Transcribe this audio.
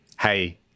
hey